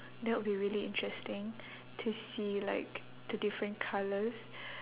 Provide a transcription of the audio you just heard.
that will be really interesting to see like the different colours